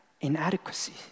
inadequacy